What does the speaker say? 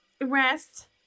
Rest